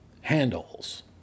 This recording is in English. handles